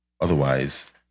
Otherwise